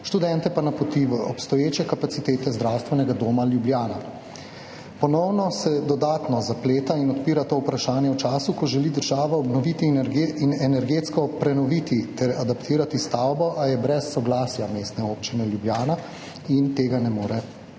študente pa napoti v obstoječe kapacitete Zdravstvenega doma Ljubljana. Ponovno se dodatno zapleta in odpira to vprašanje v času, ko želi država obnoviti in energetsko prenoviti ter adaptirati stavbo, a je brez soglasja Mestne občine Ljubljana in tega ne more